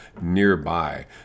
nearby